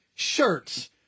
Shirts